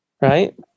right